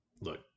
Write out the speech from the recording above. look